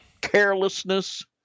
carelessness